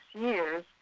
years